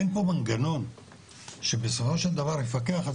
אין פה מנגנון שבסופו של דבר יפקח על